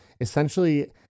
essentially